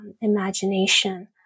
imagination